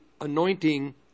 anointing